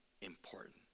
important